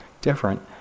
different